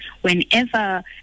Whenever